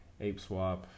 ApeSwap